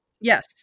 Yes